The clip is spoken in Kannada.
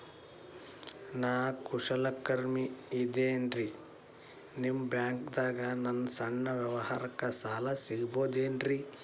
ನಾ ಕುಶಲಕರ್ಮಿ ಇದ್ದೇನ್ರಿ ನಿಮ್ಮ ಬ್ಯಾಂಕ್ ದಾಗ ನನ್ನ ಸಣ್ಣ ವ್ಯವಹಾರಕ್ಕ ಸಾಲ ಸಿಗಬಹುದೇನ್ರಿ?